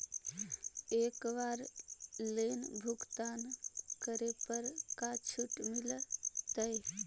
एक बार लोन भुगतान करे पर का छुट मिल तइ?